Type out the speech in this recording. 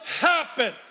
happen